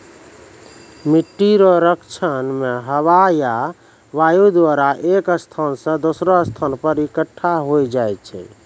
मिट्टी रो क्षरण मे हवा या वायु द्वारा एक स्थान से दोसरो स्थान पर इकट्ठा होय जाय छै